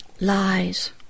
lies